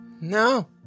No